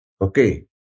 Okay